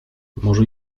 może